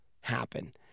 happen